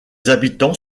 habitants